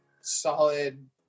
solid